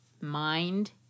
mind